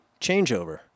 changeover